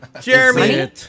Jeremy